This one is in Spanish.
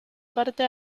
parte